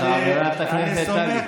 --- חברת הכנסת טלי.